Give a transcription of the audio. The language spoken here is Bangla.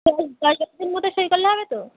দশ দশ বারোজন মতো সই করলে হবে তো